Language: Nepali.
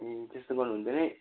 त्यस्तो गर्नु हुँदैन है